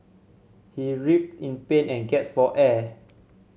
he writhed in pain and gasped for air